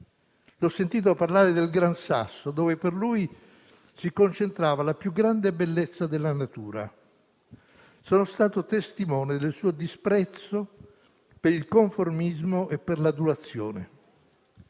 L'ho sentito parlare del Gran Sasso, dove per lui si concentrava la più grande bellezza della natura. Sono stato testimone del suo disprezzo per il conformismo e per l'adulazione.